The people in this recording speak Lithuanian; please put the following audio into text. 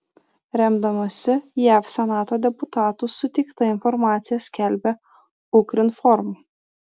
remdamasi jav senato deputatų suteikta informacija skelbia ukrinform